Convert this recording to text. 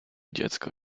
dziecko